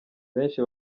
benshi